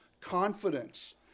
confidence